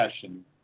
session